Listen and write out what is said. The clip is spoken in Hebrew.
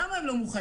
למה הם לא מוכנים?